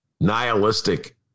nihilistic